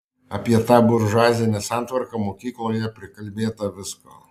apie tą buržuazinę santvarką mokykloje prikalbėta visko